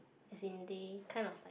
as in they kind of like